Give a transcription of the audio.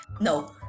no